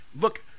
look